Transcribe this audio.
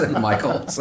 Michael